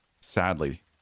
Sadly